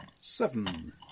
seven